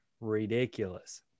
ridiculous